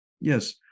Yes